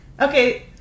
okay